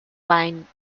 line